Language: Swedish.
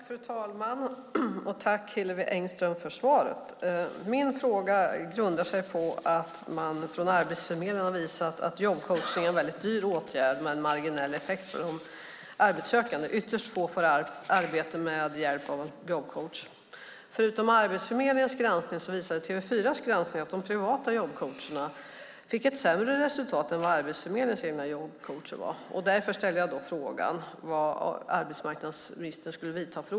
Fru talman! Tack, Hillevi Engström, för svaret! Min fråga grundar sig på att man från Arbetsförmedlingen har visat att jobbcoachning är en mycket dyr åtgärd med en marginell effekt för de arbetssökande. Ytterst få får arbete med hjälp av en jobbcoach. Förutom Arbetsförmedlingens granskning visade TV4:s granskning att de privata jobbcoacherna hade ett sämre resultat än Arbetsförmedlingens egna jobbcoacher. Därför ställde jag frågan vilka åtgärder arbetsmarknadsministern skulle vidta.